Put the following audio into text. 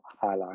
highlight